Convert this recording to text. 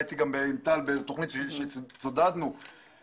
הייתי גם בתוכנית עם טל וצידדנו במשטרה.